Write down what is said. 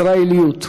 ישראליות.